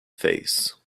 face